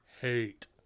hate